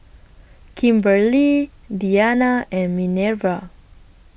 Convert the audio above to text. Kimberely Dianna and Minerva